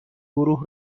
گروه